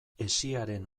hesiaren